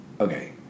okay